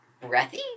breathy